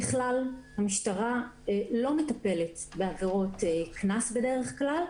ככלל, המשטרה לא מטפלת בעבירות קנס בדרך כלל,